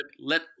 let